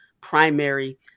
primary